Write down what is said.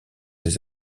des